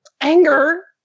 anger